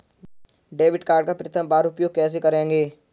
Debit card का प्रथम बार उपयोग कैसे करेंगे?